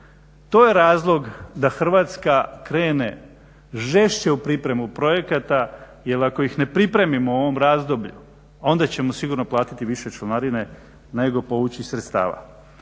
to je razlog da Hrvatska krene žešće u pripremu projekata jer ako ih ne pripremimo u ovom razdoblju onda ćemo sigurno platiti više članarine nego povući sredstava.